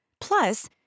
Plus